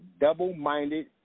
double-minded